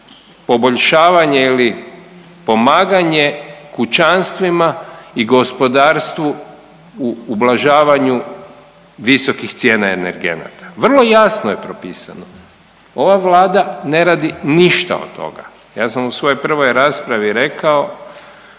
poboljšavanje ili pomaganje kućanstvima i gospodarstvu u ublažavanju visokih cijena energenata, vrlo jasno je propisano. Ova Vlada ne radi ništa od toga. Ja sam u svojoj prvoj raspravi rekao